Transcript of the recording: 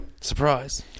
Surprise